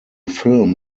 film